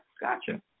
Gotcha